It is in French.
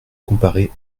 comparer